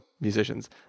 musicians